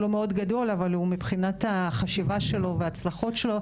הוא לא מאוד גדול אבל מבחינת החשיבה שלו וההצלחות שלו,